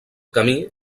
camí